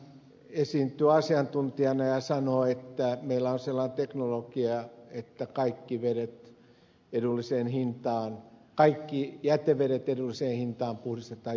nyt hän esiintyy asiantuntijana ja sanoo että meillä on sellainen teknologia että kaikki jätevedet edulliseen hintaan puhdistetaan juomakelpoisiksi